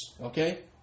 okay